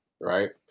Right